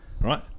Right